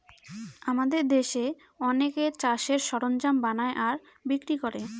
আমাদের দেশে অনেকে চাষের সরঞ্জাম বানায় আর বিক্রি করে